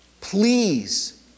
please